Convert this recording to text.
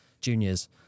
juniors